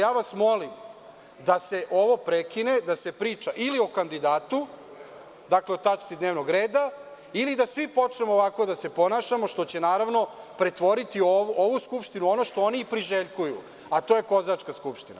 Ja vas molim da se ovo prekine, da se priča ili o kandidatu, o tački dnevnog reda, ili da svi počnemo ovako da se ponašamo, što će pretvoriti ovu Skupštinu u ono što oni priželjkuju, a to je kozačka skupština.